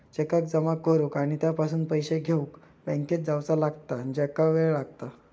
चेकाक जमा करुक आणि त्यापासून पैशे घेउक बँकेत जावचा लागता ज्याका वेळ लागता